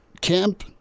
Kemp